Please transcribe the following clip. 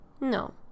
No